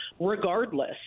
regardless